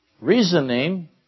Reasoning